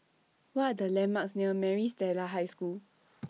What Are The landmarks near Maris Stella High School